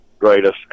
greatest